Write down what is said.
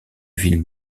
ville